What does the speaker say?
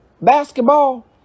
Basketball